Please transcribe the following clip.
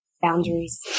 Boundaries